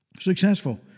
successful